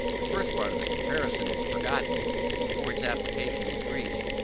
the first part of the comparison is forgotten before its application is reached,